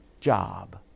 job